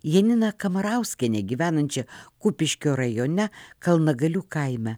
janiną kamarauskienę gyvenančią kupiškio rajone kalnagalių kaime